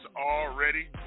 already